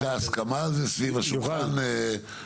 הייתה על כך הסכמה סביב שולחן משרדי